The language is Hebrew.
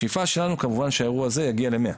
השאיפה שלנו כמובן שהאירוע הזה יגיע ל-100%,